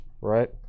right